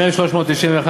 מ/391,